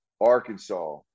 Arkansas